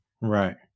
Right